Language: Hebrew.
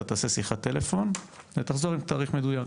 אתה תעשה שיחת טלפון ותחזור עם תאריך מדויק.